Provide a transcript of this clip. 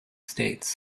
states